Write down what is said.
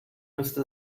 müsste